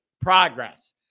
progress